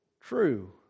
true